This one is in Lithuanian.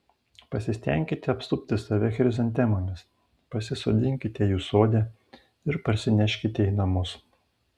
pasistenkite apsupti save chrizantemomis pasisodinkite jų sode ir parsineškite į namus